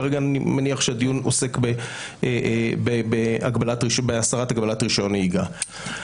כרגע אני מניח שהדיון עוסק בהסרת הגבלת רישיון נהיגה.